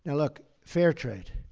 and look, fair trade